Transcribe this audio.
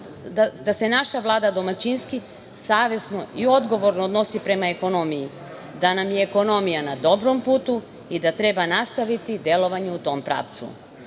da se naša Vlada domaćinski, savesno i odgovorno odnosi prema ekonomiji, da nam je ekonomija na dobrom putu i da treba nastaviti delovanje u tom pravcu.